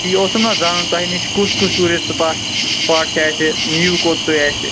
تی اوسُم نا زانُن تۄہہِ نِش کُس کُس ٹیٛوٗرسٹہٕ سٕپاٹ چھُ اسہِ نِیو کوٚت تُہی اسہِ